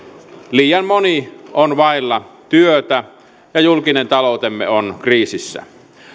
liian moni on vailla työtä ja julkinen taloutemme on kriisissä